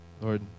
Lord